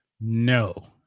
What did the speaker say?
No